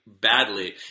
badly